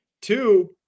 Two